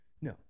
No